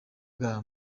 bwa